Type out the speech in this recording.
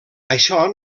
això